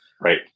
right